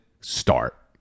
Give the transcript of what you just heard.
start